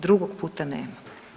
Drugog puta nema.